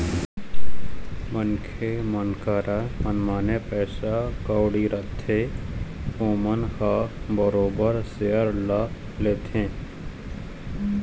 मनखे मन करा मनमाने पइसा कउड़ी रहिथे ओमन ह बरोबर सेयर ल लेथे